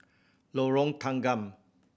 Lorong Tanggam